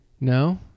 No